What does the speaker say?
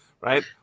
right